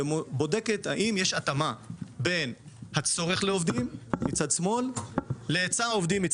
שבודקת האם יש התאמה בין הצורך בעובדים להיצע העובדים.